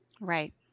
Right